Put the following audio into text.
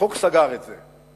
החוק סגר את זה.